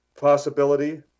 possibility